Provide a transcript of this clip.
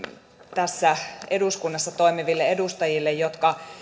tässä eduskunnassa toimiville edustajille jotka